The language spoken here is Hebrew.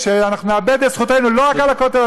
ואנחנו נאבד את זכותנו לא רק על הכותל,